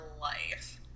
life